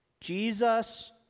Jesus